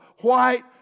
white